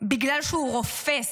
בגלל שהוא רופס,